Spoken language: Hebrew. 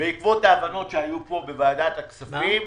בעקבות ההבנות שהיו פה, בוועדת הכספים,